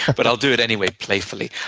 but i'll do it anyway, playfully.